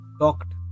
talked